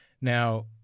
Now